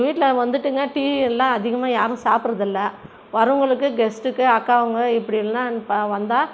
வீட்டில் வந்துட்டுங்க டீ இருந்தால் அதிகமாக யாரும் சாப்பிடுறதுல்ல வரவங்களுக்கு கெஸ்ட்டுக்கு அக்காங்க இப்படி எல்லாம் வந்தால்